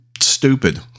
stupid